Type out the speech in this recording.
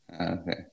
Okay